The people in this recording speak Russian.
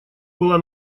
была